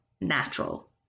natural